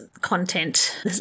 content